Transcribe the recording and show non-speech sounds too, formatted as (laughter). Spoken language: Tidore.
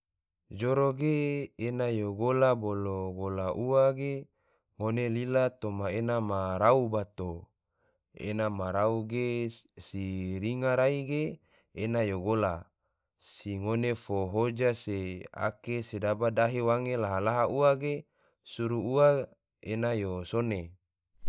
Joro ge, ena yo gola bolo gola ua ge, ngone lila toma en ma rau bato, ena ma rau ge si ringa rai ge ena yo gola, si ngone fo hoja se ake sedaba dahe wange laha-laha ua ge, suru ua ena yo sone. (noise)